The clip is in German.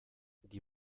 die